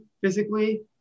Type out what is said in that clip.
physically